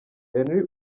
henry